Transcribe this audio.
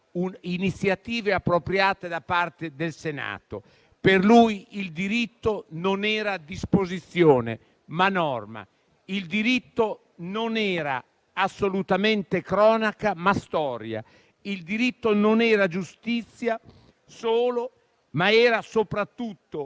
iniziative appropriate da parte del Senato. Per lui il diritto non era disposizione, ma norma. Il diritto non era assolutamente cronaca, ma storia. Il diritto non era solo giustizia, ma era soprattutto